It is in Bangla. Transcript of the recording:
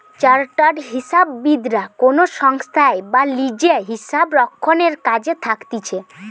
চার্টার্ড হিসাববিদরা কোনো সংস্থায় বা লিজে হিসাবরক্ষণের কাজে থাকতিছে